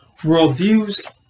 worldviews